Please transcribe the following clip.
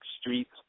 streets